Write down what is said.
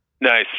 Nice